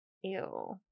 Ew